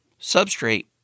substrate